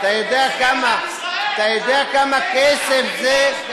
אתה יודע כמה כסף זה?